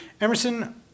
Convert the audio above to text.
Emerson